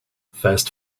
fast